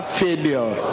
failure